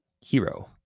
hero